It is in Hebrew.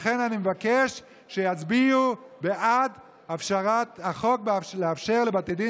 לכן אני מבקש להצביע בעד החוק לאפשר לבתי הדין